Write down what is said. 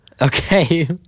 Okay